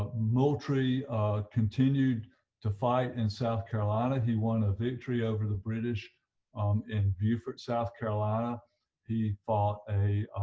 ah moultrie continued to fight in south carolina, he won a victory over the british um in beaufort, south carolina he fought a